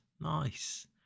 Nice